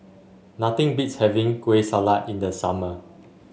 nothing beats having Kueh Salat in the summer